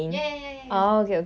ya ya ya ya